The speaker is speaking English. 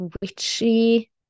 witchy